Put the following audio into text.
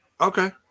Okay